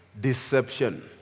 deception